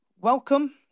Welcome